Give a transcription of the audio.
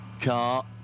car